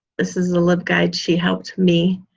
this is a libguide she helped me